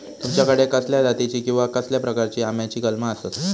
तुमच्याकडे कसल्या जातीची किवा कसल्या प्रकाराची आम्याची कलमा आसत?